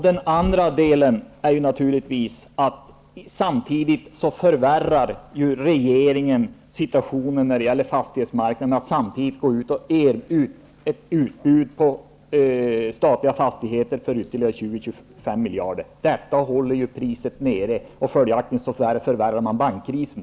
Den andra delen gäller detta att regeringen samtidigt förvärrar situationen på fastighetsmarknaden genom att gå ut med ett utbud av statliga fastigheter för ytterligare 20--25 miljarder kronor. Detta håller priserna nere, och därigenom förvärrar man bankkrisen.